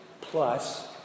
plus